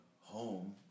home